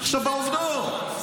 עכשיו בעובדות.